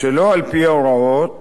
שלא על-פי ההוראות